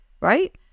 right